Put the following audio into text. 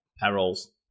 perils